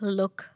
look